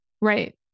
Right